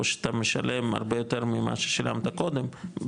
או שאתה משלם הרבה יותר ממה ששילמת קודם,